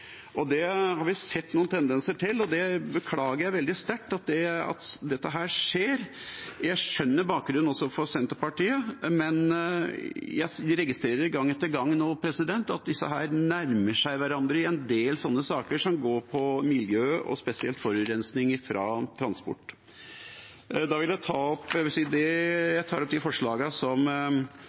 Det har vi sett noen tendenser til, og jeg beklager veldig sterkt at det skjer. Jeg skjønner bakgrunnen for Senterpartiet, men jeg registrerer nå gang etter gang at disse partiene nærmer seg hverandre i en del saker som går på miljø, og spesielt forurensning fra transport. Arbeiderpartiet er en del av det komitéflertallet som går imot det